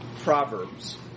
proverbs